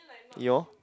Eeyor